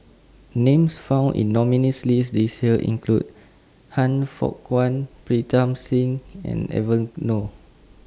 Names found in nominees' list This Year include Han Fook Kwang Pritam Singh and Evon Nor